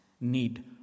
need